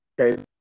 Okay